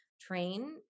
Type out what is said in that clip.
train